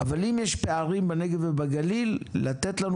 אבל אם יש פערים בנגב ובליל לתת לנו